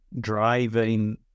driving